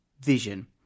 vision